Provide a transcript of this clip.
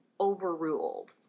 overruled